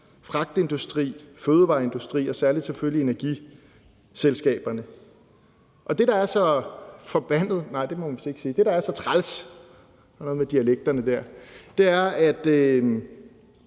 fragtindustrien, fødevareindustrien og selvfølgelig særlig energiselskaberne. Og det, der er så forbandet, nej, det må man måske ikke sige, men det, der er så træls – der er noget med dialekterne der – er, at